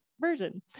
version